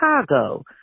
Chicago